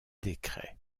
décret